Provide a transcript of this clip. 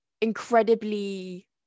incredibly